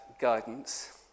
guidance